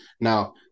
Now